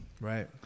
Right